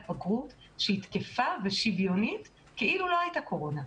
בגרות שהיא תקפה ושוויונית כאילו לא הייתה קורונה.